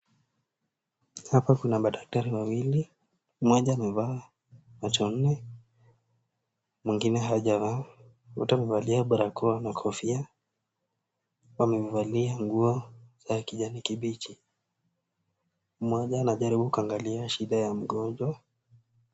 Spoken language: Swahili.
Hapa Kuna madaktari wawili, mmoja amevaa macho nne , mwingine hajavaa . Wote wamevalia barakoa na kofia , wamevalia nguo ya kijani kibichi. Mmoja anajaribu kuangalia shida ya mgonjwa .